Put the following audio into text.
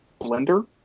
blender